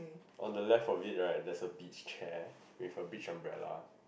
on the left of it right there's a beach chair with a beach umbrella